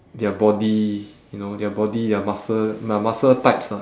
their body you know their body their muscle mu~ muscle types ah